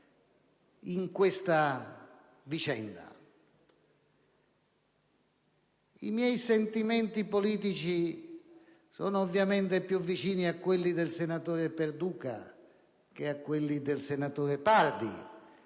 in questa vicenda. I miei sentimenti politici sono ovviamente più vicini a quelli del senatore Perduca che a quelli del senatore Pardi